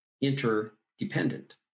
interdependent